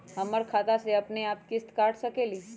हमर खाता से अपनेआप किस्त काट सकेली?